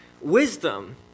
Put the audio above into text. wisdom